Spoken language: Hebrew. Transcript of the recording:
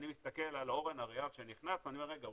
אני מסתכל על אורן אריאב שנכנס אומר 'רגע,